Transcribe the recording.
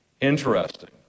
Interesting